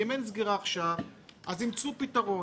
אם אין סגירה עכשיו אז ימצאו פתרון.